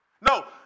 No